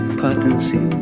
potency